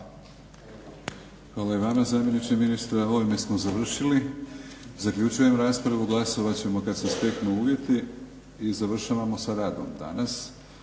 Hvala i vama zamjeniče ministra. Ovime smo završili. Zaključujem raspravu. Glasovat ćemo kad se steknu uvjeti. I završavamo sa radom danas.